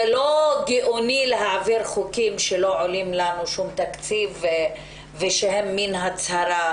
זה לא גאוני להעביר חוקים שלא עולים לנו כסף ושהם מעין הצהרה,